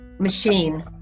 machine